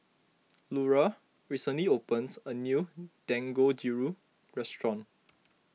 Lura recently opened a new Dangojiru restaurant